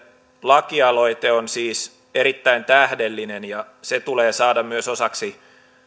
lakialoite on siis erittäin tähdellinen ja se tulee saada myös osaksi